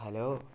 hello